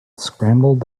scrambled